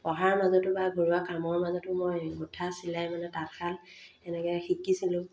পঢ়াৰ মাজতো বা ঘৰুৱা কামৰ মাজতো মই গোঁঠা চিলাই মানে তাঁতশাল এনেকৈ শিকিছিলোঁ